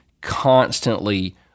constantly